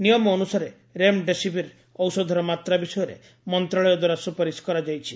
ନିୟମ ଅନୁସାରେ ରେମ୍ଡେସିବିର୍ ଔଷଧର ମାତ୍ରା ବିଷୟରେ ମନ୍ତ୍ରଣାଳୟ ଦ୍ୱାରା ସୁପାରିଶ କରାଯାଇଛି